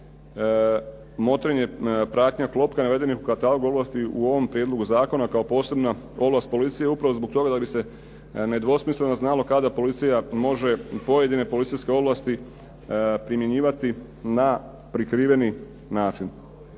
motrenje, pratnja, klopka naveden je u katalog ovlasti u ovom prijedlogu zakona kao posebna ovlast policije, upravo zbog toga da bi se nedvosmisleno znalo kada policija može pojedine policijske ovlasti primjenjivati na prikriveni način.